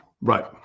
Right